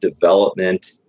development